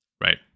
right